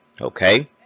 Okay